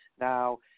Now